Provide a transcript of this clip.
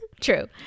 True